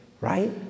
Right